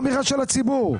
הציבור?